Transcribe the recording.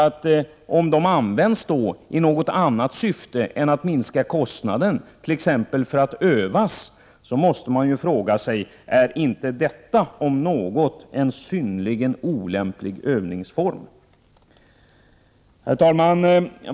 Om de värnpliktiga används i något annat syfte än för att minska kostnaden, till exempel för att övas, måste man fråga sig: Är inte detta om något en synnerligen olämplig övningsform? Herr talman!